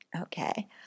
Okay